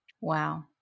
Wow